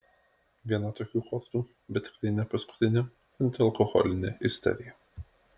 viena tokių kortų bet tikrai ne paskutinė antialkoholinė isterija